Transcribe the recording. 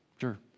Sure